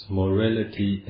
morality